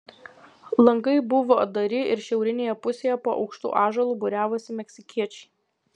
langai buvo atdari ir šiaurinėje pusėje po aukštu ąžuolu būriavosi meksikiečiai